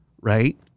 right